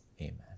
Amen